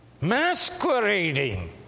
masquerading